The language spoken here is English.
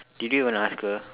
did you even ask her